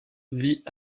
vit